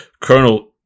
Colonel